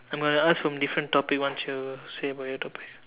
I'm gonna ask from different topic once you say about your topic